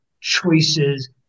choices